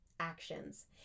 actions